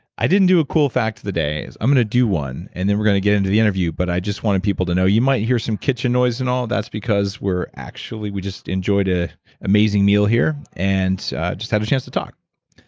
i didn't do a cool fact of the day. i'm going to do one and then we're going to get into the interview, but i just wanted people to know you might hear some kitchen noise and all, that's because we're. actually we just enjoyed ah amazing meal here and just had a chance to talk.